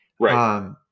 right